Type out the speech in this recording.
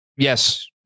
Yes